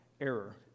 error